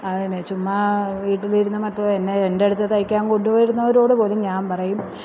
അതിന് ചുമ്മാ വീട്ടിലിരുന്ന് മറ്റും എന്നെ എൻ്റെ അടുത്ത് തയിക്കാൻ കൊണ്ട് വരുന്നവരോട് പോലും ഞാന് പറയും